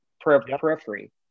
periphery